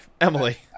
Emily